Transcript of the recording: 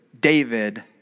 David